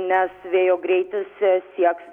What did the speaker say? nes vėjo greitis sieks